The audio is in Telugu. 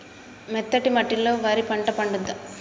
మెత్తటి మట్టిలో వరి పంట పండుద్దా?